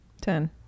Ten